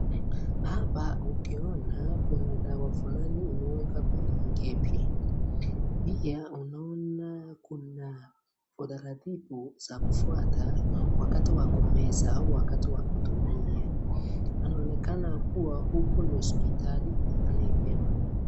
Hapa ukiona kuna dawa fulani imewekwa kwenye mkebe, pia unaona utaratibu za kufuata wakati wa kumeza au wakati wa kutumia inaonekana kuwa huku ni hospitali.